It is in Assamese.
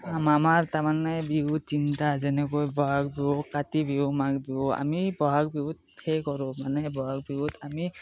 আমাৰ তাৰমানে এই বিহু তিনিটা যেনেকৈ বহাগ বিহু কাতি বিহু মাঘ বিহু আমি বহাগ বিহুত সেই কৰোঁ মানে বহাগ বিহুত আমি